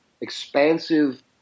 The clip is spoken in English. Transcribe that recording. expansive